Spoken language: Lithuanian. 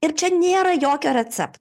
ir čia nėra jokio recep